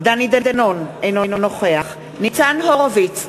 דני דנון, אינו נוכח ניצן הורוביץ,